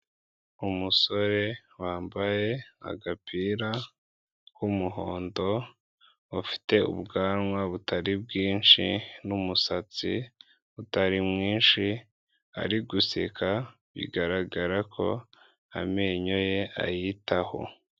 Umusore wambaye agapira k'umuhondo, ufite ubwanwa butari bwinshi n'umusatsi utari mwinshi, ari guseka bigaragara ko amenyo ye ayitaho.